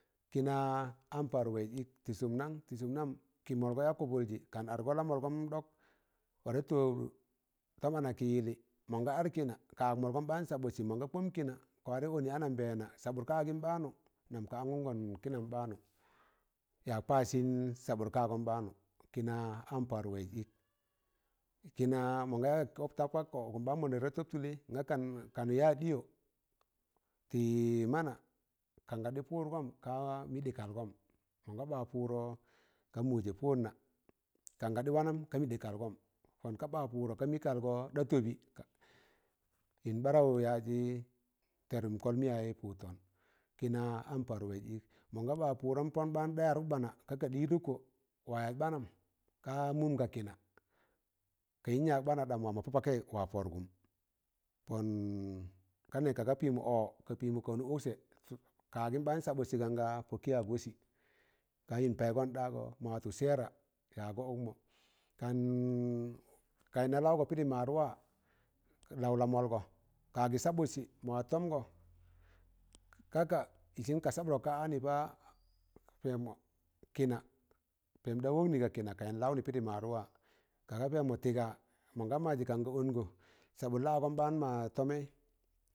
Kịna an paar waịz 1k, tị sụn nan? tị sụm nam kị mọlgọ ya kọbụljị kan adgọ lamọlgọm ɗọk ware tọọbdụ tọm ana kị yịlli,̣ mọn ga ad kịna ka ag mọlgọm baan sabụtsị, mọn ga kpọm kịna ka ware ọnị anambeena sabụt kaagịm baanụ nam ka anụn gọn kịnam baanụ yak paasịn sabụr kaagọm ɓaanụ, kịna an paar waịz ịk, kịna mọnga ya ga kob ta pakkọ ụkụm ɓaan mọn neg ta tọb tụleị nga kanụ ya ɗịyọ tị mana, kan ga ɗị pụụrgọm ka mị ɗị kalgọm, mọn ga ba pụụdọ ka mụje pụụdna, kan ga ɗị wanam ka mị dị kalgọm pọn ka ba pụụdọ ka mị kalgọ ɗa tọbị, yịn barawụ yaajị tenum kọl mịyewaị pụụd tọn. Kịna an paar waịz ịk, mọ ga ba pụụrọm pọn baan da yarụk bana ka ka ɗịrụkkọ, wa yaz banam, ka mụm ga kịna kayịn yak bana ɗam wam mọ pọ pakaị wa pọrgụm, pọn ka ne ka ga pịmọ ọ pịmọ ka ọnụk ụkse ka agịm baan sanụdsị ganga pọkị yag wọsị, ka yịn paịgọn ɗaagọ ma watụ seera ya gọ ụkmọ kan kaịna lawụgọ pịrị maadwa, laụ lamọlgọ ka agị sabụtsị ma wat tọmgo,̣ ka ka ịsịn ka sabụtgọ ka anị pa, pemọ kịna pem da wọknị ga kịna kayịn laụnị pịrị maadwa, kaga pemọ tịga? mọnga mazị kan ga ọngọ sabụt la agọm ɓaan ma tọmeị